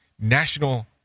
National